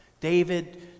David